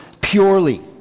purely